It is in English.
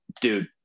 dude